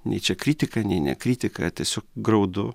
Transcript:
nei čia kritika nei ne kritika tiesiog graudu